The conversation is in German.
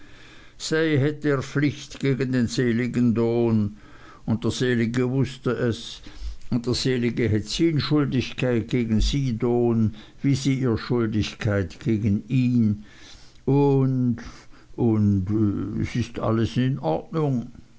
hett ehr flicht gegen den seligen dohn und der selige wußte es und der selige hett sien schuldichkeit gegen sie dohn wie sie ehr schuldichkeit gegen ihn und und und s ist allens in ordnung